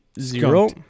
zero